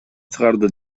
чыгарды